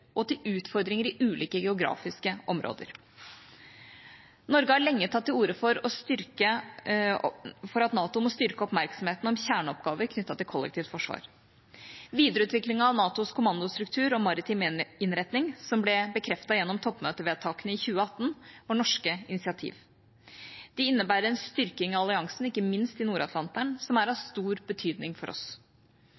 og til utfordringer i ulike geografiske områder. Norge har lenge tatt til orde for at NATO må styrke oppmerksomheten om kjerneoppgaver knyttet til kollektivt forsvar. Videreutviklingen av NATOs kommandostruktur og maritime innretning, som ble bekreftet gjennom toppmøtevedtakene i 2018, var norske initiativ. De innebærer en styrking av alliansen, ikke minst i Nord-Atlanteren, som er av